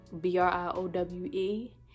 b-r-i-o-w-e